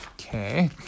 Okay